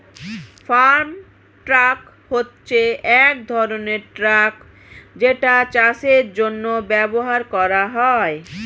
farm truck হচ্ছে এক ধরনের ট্রাক যেটা চাষের জন্য ব্যবহার করা হয়